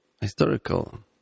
historical